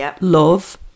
love